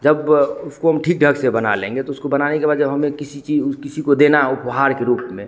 जब उसको हम ठीक ढंग से बना लेंगे तो उसको बनाने के बाद जब हमें किसी ची उ किसी को देना है उपहार के रूप में